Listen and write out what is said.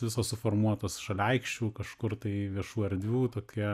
visos suformuotos šalia aikščių kažkur tai viešų erdvių tokia